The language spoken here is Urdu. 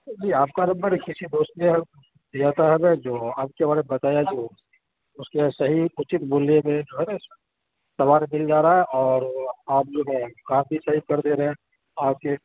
جی آپ کا نمبر ہمیں کسی دوست نے دیا تھا ہمیں جو آپ کے بارے میں بتایا جو اُس نے صحیح اُچت مولیہ میں جو ہے نا سامان مِل جا رہا اور آپ جو ہے کام بھی صحیح سے کر دے رہے ہیں آ کے